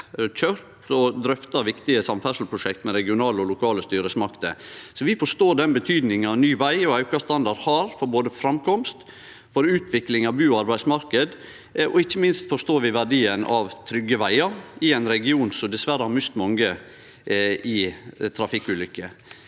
køyrt og drøfta viktige samferdselsprosjekt med regionale og lokale styresmakter. Vi forstår den betydninga ny veg og auka standard har for både framkomst og for utvikling av bu- og arbeidsmarknad, og ikkje minst forstår vi verdien av trygge vegar i ein region som dessverre har mist mange i trafikkulykker.